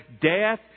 Death